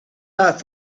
out